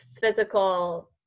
physical